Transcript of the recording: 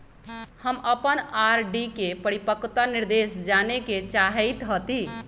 हम अपन आर.डी के परिपक्वता निर्देश जाने के चाहईत हती